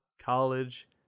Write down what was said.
college